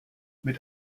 mit